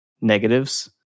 negatives